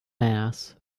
mass